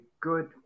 good